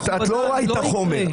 את לא ראית את החומר.